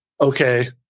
okay